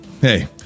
hey